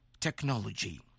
technology